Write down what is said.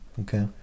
okay